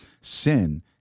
Sin